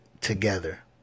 together